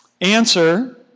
Answer